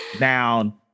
Now